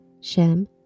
Shem